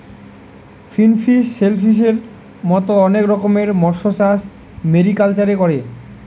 finfish, শেলফিসের মত অনেক রকমের মৎস্যচাষ মেরিকালচারে করে